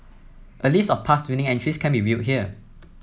a list of past winning entries can be viewed here